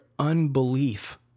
unbelief